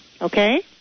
Okay